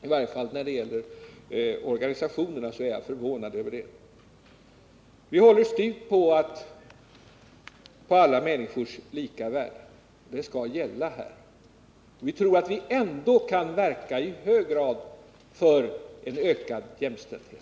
I varje fall när det gäller organisationerna är jag förvånad. Vi håller bestämt på alla människors lika värde. Det skall gälla också här. Vi tror att man ändå kan verka för en ökad jämställdhet.